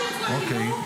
אוקיי.